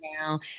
now